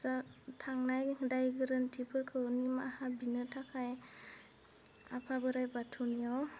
जा थांनाय दाय गोरोन्थिफोरखौ निमाहा बिनो थाखाय आफा बोराइ बाथौनियाव